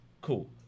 Cool